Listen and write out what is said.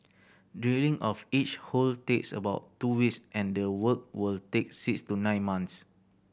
drilling of each hole takes about two weeks and the work will take six to nine months